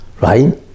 right